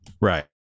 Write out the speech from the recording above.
Right